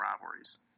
rivalries